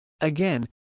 Again